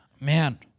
man